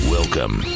Welcome